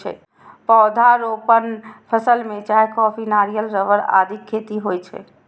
पौधारोपण फसल मे चाय, कॉफी, नारियल, रबड़ आदिक खेती होइ छै